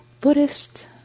Buddhist